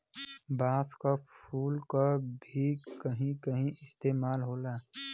बांस क फुल क भी कहीं कहीं इस्तेमाल होला